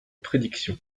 prédiction